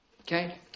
okay